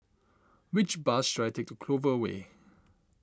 which bus should I take to Clover Way